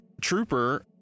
Trooper